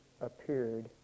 appeared